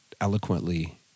eloquently